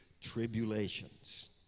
tribulations